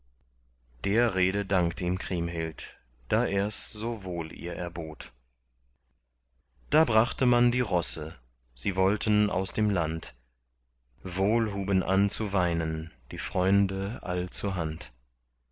der rede dankt ihm kriemhild da er's so wohl ihr erbot da brachte man die rosse sie wollten aus dem land wohl huben an zu weinen die freunde all zur hand